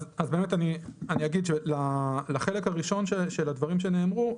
אז באמת אני אגיד לחלק הראשון של הדברים שנאמרו,